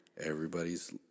everybody's